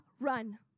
run